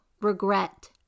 regret